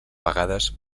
vegades